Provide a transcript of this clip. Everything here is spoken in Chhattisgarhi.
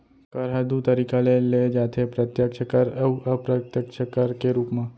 कर ह दू तरीका ले लेय जाथे प्रत्यक्छ कर अउ अप्रत्यक्छ कर के रूप म